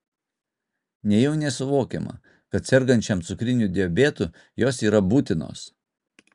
nejau nesuvokiama kad sergančiam cukriniu diabetu jos yra būtinos